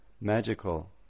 Magical